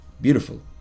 Beautiful